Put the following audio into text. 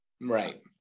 Right